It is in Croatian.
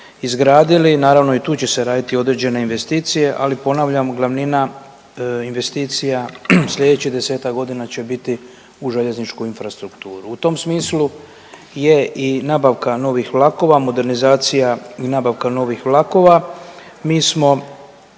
izgradili. Naravno i tu će se raditi određene investicije, ali ponavljam glavnina investicija sljedećih 10-tak godina će biti u željezničku infrastrukturu. U tom smislu je i nabavka novih vlakova, modernizacija i nabavka novih vlakova. Mi smo